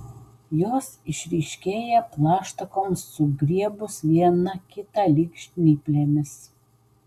jos išryškėja plaštakoms sugriebus viena kitą lyg žnyplėmis